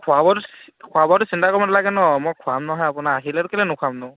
খোৱা বোৱাটো খোৱা বোৱাটো চিন্তা কৰিব নেলাগে ন মই খোৱাম নহয় আপোনাক আহিলেনো কেলেই নোখোৱামনো